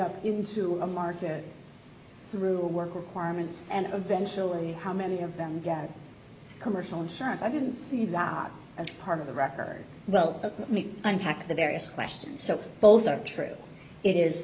up into a market through work requirement and eventually how many of them get commercial insurance i didn't see the out of part of the record well let me unpack the various questions so both are true it is